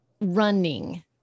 running